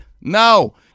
No